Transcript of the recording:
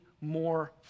more